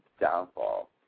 downfall